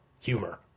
humor